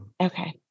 Okay